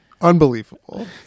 Unbelievable